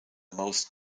most